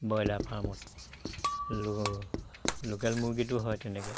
broiler ফাৰ্মত local মুৰ্গীটো হয় তেনেকে